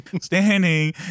standing